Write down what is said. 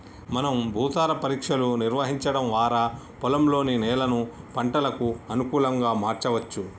మనం భూసార పరీక్షలు నిర్వహించడం వారా పొలంలోని నేలను పంటలకు అనుకులంగా మార్చవచ్చు